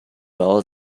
well